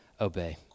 obey